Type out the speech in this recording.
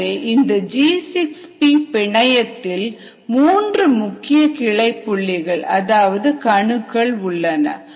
எனவே இந்த G6P பிணையத்தில் மூன்று முக்கிய கிளை புள்ளிகள் அல்லது கணுக்கள் உள்ளன